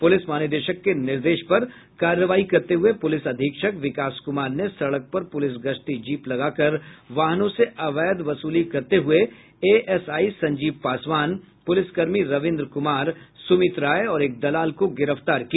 प्रलिस महानिदेशक के निर्देश पर कार्रवाई करते हुए प्रलिस अधीक्षक विकास कुमार ने सड़क पर पुलिस गश्ती जीप लगाकर वाहनों से अवैध वसूली करते हुए एएसआई संजीव पासवान प्रलिस कर्मी रविन्द्र कुमार सुमित राय और एक दलाल को गिरफ्तार किया